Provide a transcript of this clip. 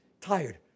tired